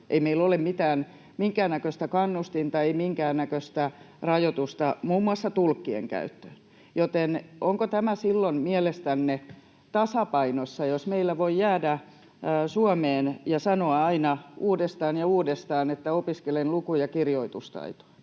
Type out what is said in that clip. Ei meillä ole minkäännäköistä kannustinta, ei minkäännäköistä rajoitusta muun muassa tulkkien käyttöön. Joten onko tämä silloin mielestänne tasapainossa, jos meillä voi jäädä Suomeen ja sanoa aina uudestaan ja uudestaan, että opiskelen luku- ja kirjoitustaitoa?